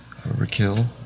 Overkill